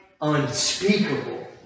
unspeakable